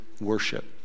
worship